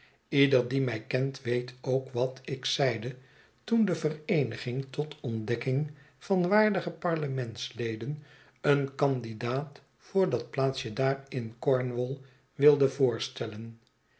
ieder die mij kent weet ook wat ik zeide toen de vereeniging tot ontdekking van waardige parlementsleden een candidaat voor dat plaatsje daar in cornwall wilde voorstellen